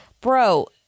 bro